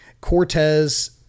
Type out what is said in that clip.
Cortez